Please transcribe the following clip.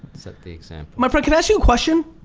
set the example. my friend can ask you a question?